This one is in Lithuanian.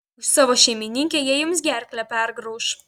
už savo šeimininkę jie jums gerklę pergrauš